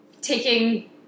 taking